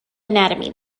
anatomy